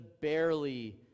barely